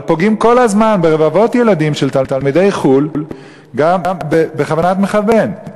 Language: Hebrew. אבל פוגעים כל הזמן ברבבות ילדים של תלמידי חו"ל בכוונת מכוון.